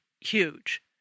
huge